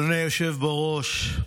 אדוני היושב-ראש,